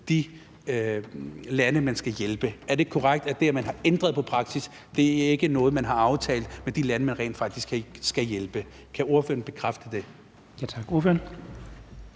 de lande, man skal hjælpe? Er det ikke korrekt, at det, at man har ændret praksis, ikke er noget, man har aftalt med de lande, man rent faktisk skal hjælpe? Kan ordføreren bekræfte det? Kl. 17:35 Den